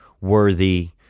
worthy